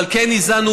אבל כן איזנו,